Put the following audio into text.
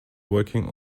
working